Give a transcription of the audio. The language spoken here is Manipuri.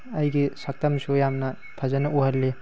ꯑꯩꯒꯤ ꯁꯛꯇꯝꯁꯨ ꯌꯥꯝꯅ ꯐꯖꯅ ꯎꯍꯜꯂꯤ